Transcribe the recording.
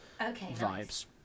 vibes